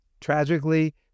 tragically